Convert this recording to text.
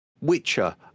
Witcher